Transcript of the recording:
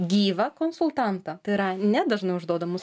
gyvą konsultantą tai yra ne dažnai užduodamus